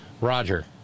Roger